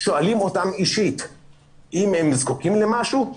שואלים אותם אישית אם הם זקוקים למשהו,